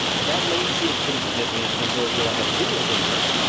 but that latency is pretty significant, and so if you're like a video gamer,